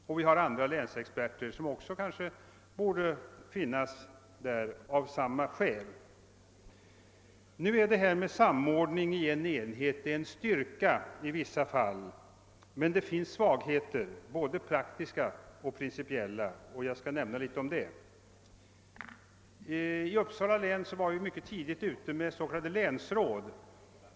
Det är också andra experter som kanske borde finnas där av samma skäl. Samordning i en enhet är en styrka i vissa fall, men det finns svagheter — både praktiska och principiella — och jag skall säga några ord om det. I Uppsala län var vi mycket tidigt ute med s.k. länsråd.